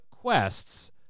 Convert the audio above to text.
quests